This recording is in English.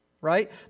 Right